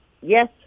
yes